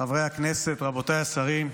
חברי הכנסת, רבותיי השרים,